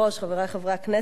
חברי חברי הכנסת,